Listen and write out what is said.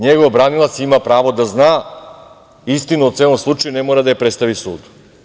Njegov branilac ima pravo da zna istinu o celom slučaju, ne mora da je predstavi sudu.